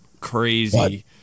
crazy